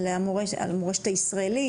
על המורשת הישראלית,